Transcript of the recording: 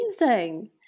amazing